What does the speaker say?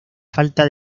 falta